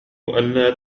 ألا